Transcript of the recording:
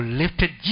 lifted